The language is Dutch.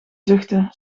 zuchten